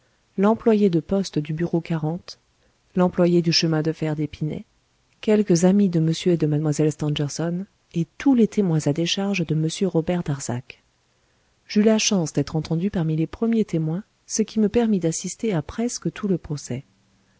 l'employé de poste du bureau lemployé du chemin de fer d'épinay quelques amis de m et de mlle stangerson et tous les témoins à décharge de m robert darzac j'eus la chance d'être entendu parmi les premiers témoins ce qui me permit d'assister à presque tout le procès